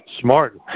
Smart